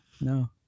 No